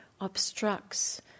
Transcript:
obstructs